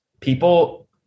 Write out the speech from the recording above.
people